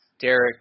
Derek